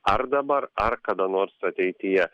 ar dabar ar kada nors ateityje